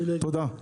תודה.